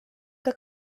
que